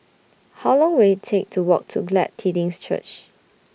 How Long Will IT Take to Walk to Glad Tidings Church